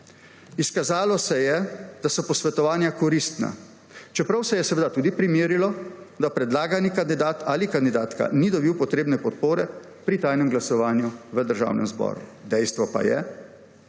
Izkazalo se je, da so posvetovanja koristna, čeprav se je seveda tudi primerilo, da predlagani kandidat ali kandidatka ni dobil potrebne podpore pri tajnem glasovanju v Državnem zboru. Dejstvo pa je,